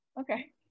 Okay